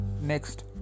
Next